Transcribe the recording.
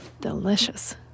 delicious